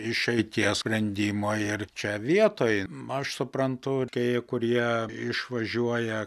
išeities sprendimo ir čia vietoj aš suprantu tie kurie išvažiuoja